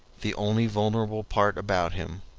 the only vulnerable part about him.